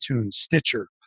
Stitcher